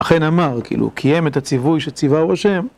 אכן אמר, כאילו, קיים את הציווי שציווה ראשם